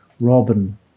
Robin